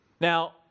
Now